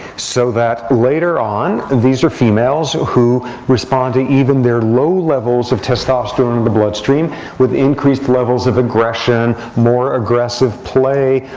so that later on these are females who who respond to even their low levels of testosterone in the bloodstream with increased levels of aggression, more aggressive play,